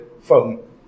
phone